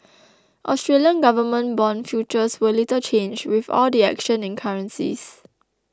Australian government bond futures were little changed with all the action in currencies